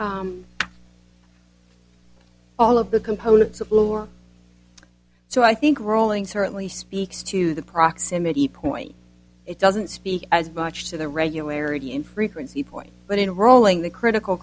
to all of the components of lower so i think rowling certainly speaks to the proximity point it doesn't speak as much to the regularity in frequency point but in rowling the critical